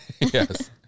Yes